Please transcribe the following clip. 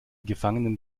gefangenen